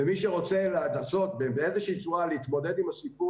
ומי שרוצה להתמודד באיזושהי צורה עם הסיפור